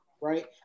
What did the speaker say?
Right